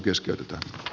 kannatan